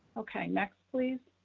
okay, next please.